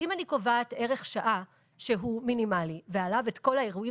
אם אני קובעת ערך שעה שהוא מינימלי ועליו את כל האירועים